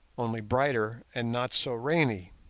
only brighter and not so rainy.